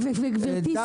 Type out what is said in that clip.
גברתי,